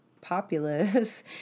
populace